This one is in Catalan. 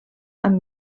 amb